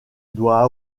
doit